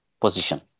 position